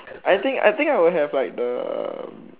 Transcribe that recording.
I think I think I will have like the